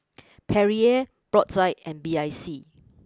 Perrier Brotzeit and B I C